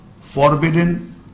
forbidden